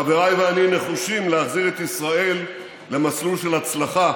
חבריי ואני נחושים להחזיר את ישראל למסלול של הצלחה,